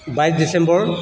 বাইছ ডিচেম্বৰ